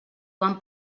van